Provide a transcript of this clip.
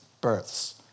births